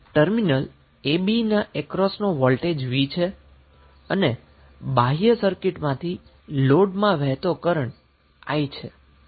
terminal a b અક્રોસનો voltage V છે અને બાહ્ય સર્કિટમાંથી લોડમાં વહેતો કરન્ટ I છે